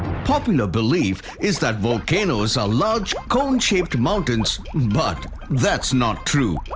popular belief is that volcanoes are large cone-shaped mountains but that's not true.